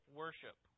worship